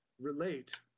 relate